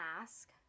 ask